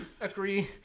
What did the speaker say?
agree